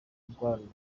guharanira